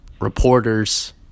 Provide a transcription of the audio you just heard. reporters